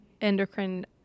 endocrine